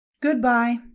Goodbye